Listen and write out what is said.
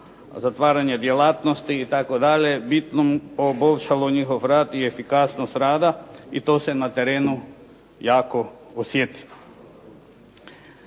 zatvaranje djelatnosti i tako dalje bitno poboljšalo njihov rad i efikasnost rada i to se na terenu jako osjeti.